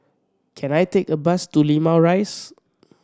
can I take a bus to Limau Rise